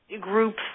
groups